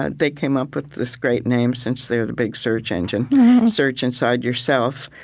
and they came up with this great name since they were the big search engine search inside yourself.